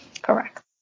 Correct